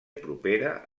propera